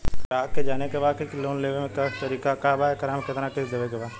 ग्राहक के जाने के बा की की लोन लेवे क का तरीका बा एकरा में कितना किस्त देवे के बा?